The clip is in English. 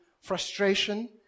frustration